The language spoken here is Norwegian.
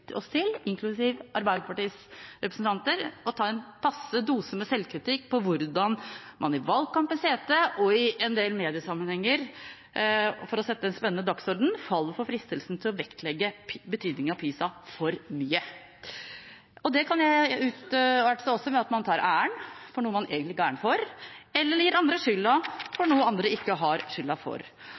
oss til – inklusiv Arbeiderpartiets representanter – å ta en passe dose med selvkritikk på hvordan man i valgkampens hete og i en del mediesammenhenger, for å sette en spennende dagsorden, faller for fristelsen å vektlegge betydningen av PISA for mye. Det kan utarte seg til at man tar æren for noe man egentlig ikke er for, eller gir andre skylda for noe andre ikke har skylda for. Vi som sitter i denne komiteen, burde av alle, fordi vi også har ansvar for